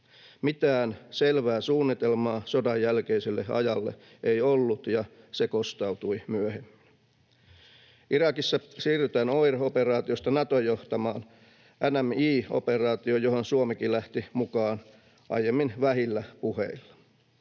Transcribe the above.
Mitään selvää suunnitelmaa sodanjälkeiselle ajalle ei ollut, ja se kostautui myöhemmin. Irakissa siirrytään OIR-operaatiosta Naton johtamaan NMI-operaatioon, johon Suomikin lähti mukaan aiemmin vähillä puheilla.